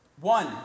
One